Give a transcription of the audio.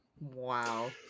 Wow